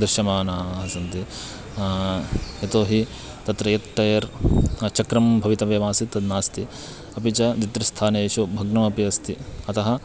दृश्यमानाः सन्ति यतो हि तत्र यत् टयर् चक्रं भवितव्यमासीत् तद् नास्ति अपि च द्वित्रिस्थानेषु भग्नमपि अस्ति अतः